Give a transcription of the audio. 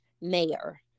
mayor